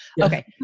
Okay